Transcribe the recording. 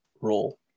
role